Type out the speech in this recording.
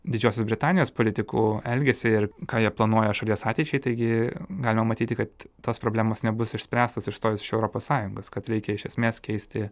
didžiosios britanijos politikų elgesį ir ką jie planuoja šalies ateičiai taigi galima matyti kad tos problemos nebus išspręstos išstojus iš europos sąjungos kad reikia iš esmės keisti